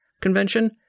convention